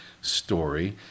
story